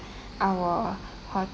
our ho~